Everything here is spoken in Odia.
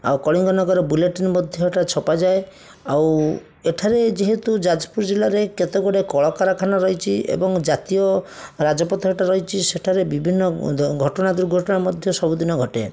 ଆଉ କଳିଙ୍ଗନଗର ବୁଲେଟିନ୍ ମଧ୍ୟ ଏଇଟା ଛପାଯାଏ ଆଉ ଏଠାରେ ଯେହେତୁ ଯାଜପୁର ଜିଲ୍ଲାରେ କେତେଗୁଡ଼ିଏ କଳକାରଖାନା ରହିଛି ଏବଂ ଜାତୀୟ ରାଜପଥଟା ରହିଛି ସେଠାରେ ବିଭିନ୍ନ ଘଟଣା ଦୁର୍ଘଟଣା ମଧ୍ୟ ସବୁଦିନ ଘଟେ